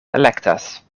elektas